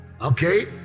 okay